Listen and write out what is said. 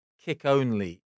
kick-only